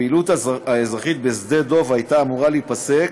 הפעילות האזרחית בשדה-דב הייתה אמורה להיפסק